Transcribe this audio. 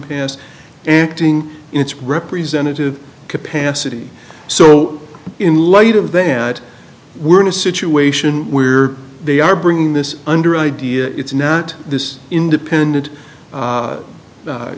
doing its representative capacity so in light of that we're in a situation where they are bringing this under idea it's not this independent